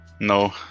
no